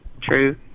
true